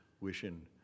wishing